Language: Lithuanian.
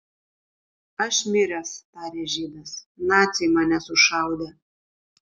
aš miręs tarė žydas naciai mane sušaudė